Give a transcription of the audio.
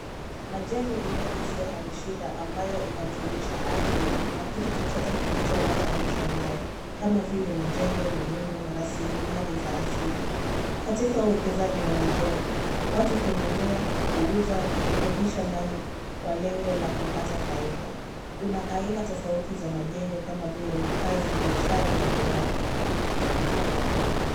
Majengo ni mali isiyohamishika ambayo inajumuisha ardhi na kitu chochote kilicho ambatanishwa nayo, kama vile majengo miundo na rasimilali za asali .Katika uwekezanji wa majengo , watu hununua ,kuuza ,na kukondisha mali kwa lengo la kupata faida. Kuna aina tofauti za majengo kama vile makazi, biashara na viwanda.